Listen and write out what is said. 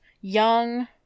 Young